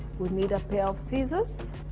we need a pair of scissors,